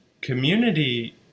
community